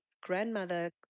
grandmother